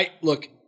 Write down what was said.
Look